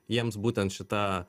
jiems būtent šita